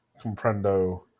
Comprendo